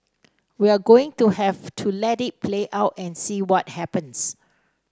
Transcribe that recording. we're going to have to let it play out and see what happens